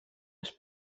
els